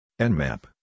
Nmap